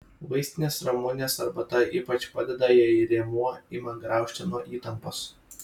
vaistinės ramunės arbata ypač padeda jei rėmuo ima graužti nuo įtampos